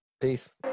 peace